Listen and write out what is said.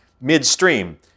midstream